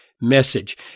message